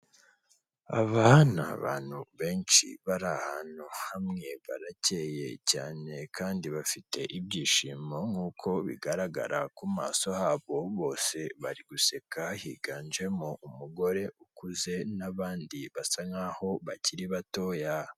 Aba ni abantu benshi bari ahantu hamwe, baracye cyane kandi bafite ibyishimo nkuko bigaragara ku maso habo bose bari guseka, higanjemo umugore ukuze n'abandi basa nk'aho bakiri batoya.